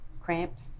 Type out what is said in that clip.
cramped